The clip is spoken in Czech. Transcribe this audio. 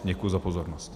Děkuji za pozornost.